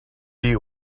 you